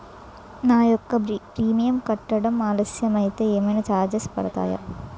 నా యెక్క భీమా ప్రీమియం కట్టడం ఆలస్యం అయితే ఏమైనా చార్జెస్ పడతాయా?